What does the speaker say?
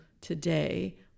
today